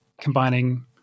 combining